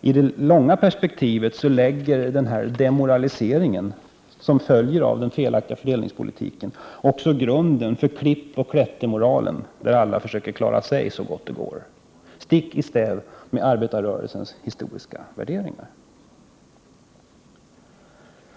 I det långa perspektivet lägger denna demoralisering som följer av den felaktiga fördelningspolitiken också grunden för klippoch klättermoralen, där alla försöker klara sig så gott det går — stick i stäv med arbetarrörelsens historiska värderingar.